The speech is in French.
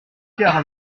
car